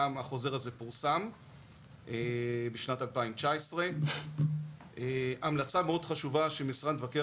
גם החוזר הזה פורסם בשנת 2019. המלצה מאוד חשובה של משרד מבקר